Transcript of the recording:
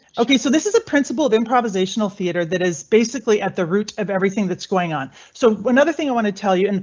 ok, so this is a principle of improvisational theater that is basically at the root of everything that's going on. so another thing i wanted to tell you, and